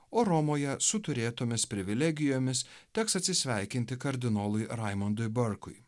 o romoje su turėtomis privilegijomis teks atsisveikinti kardinolui raimondui barkui